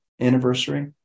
anniversary